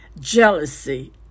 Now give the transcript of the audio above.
jealousy